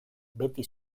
beti